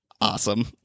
Awesome